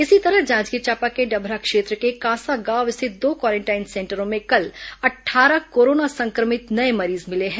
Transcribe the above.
इसी तरह जांजगीर चांपा के डभरा क्षेत्र के कांसा गांव स्थित दो क्वारेंटाइन सेंटरों में कल अट्ठारह कोरोना संक्रमित नये मरीज मिले हैं